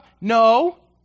No